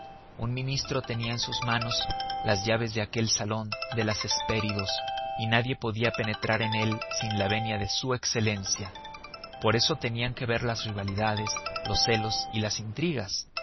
un ministro tenía en sus manos las llaves de aquel salón de las hespéridos y nadie podía penetrar en él sin la venia de su excelencia por eso tenían que ver las rivalidades los celos y las intrigas